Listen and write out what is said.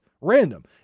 random